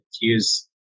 use